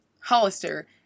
Hollister